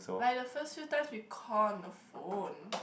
like the first few times we call on the phone